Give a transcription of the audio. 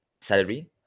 salary